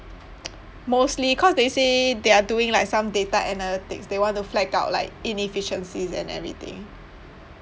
mostly cause they say they are doing like some data analytics they want to flag out like inefficiencies and everything